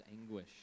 anguish